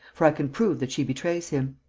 for i can prove that she betrays him.